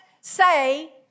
say